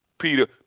Peter